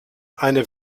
eine